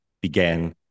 began